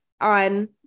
on